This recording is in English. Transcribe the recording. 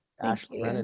Ashley